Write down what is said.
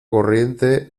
corriente